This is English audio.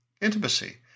Intimacy